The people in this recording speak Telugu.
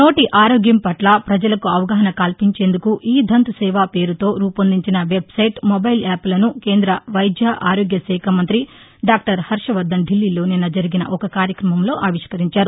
నోటి ఆరోగ్యం పట్ల పజలకు అవగాహన కల్పించేందుకు ఈ దంత్సేవ పేరుతో రూపొందించిన వెబ్సైట్ మొబైల్ యాప్లను కేంద్ర వైద్య ఆరోగ్య శాఖ మంతి డాక్టర్ హర్షవర్దన్ దిల్లీలో నిన్న జరిగిన ఒక కార్యక్రమంలో ఆవిష్కరించారు